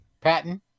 Patton